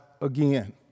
again